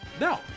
No